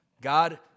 God